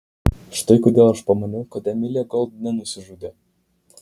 štai kodėl aš pamaniau kad emilė gold nenusižudė